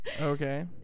Okay